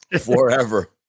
forever